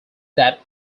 that